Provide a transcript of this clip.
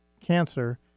cancer